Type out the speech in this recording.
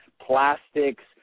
plastics